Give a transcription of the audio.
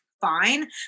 fine